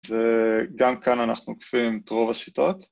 וגם כאן אנחנו עוקפים את רוב השיטות.